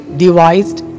devised